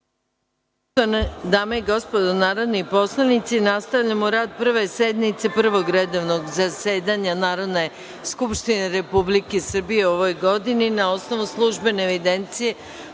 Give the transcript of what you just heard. dame i gospodo narodni poslanici, nastavljamo rad Prve sednice Prvog redovnog zasedanja Narodne skupštine Republike Srbije u 2020. godini. Na osnovu službene evidencije